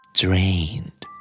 drained